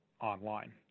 online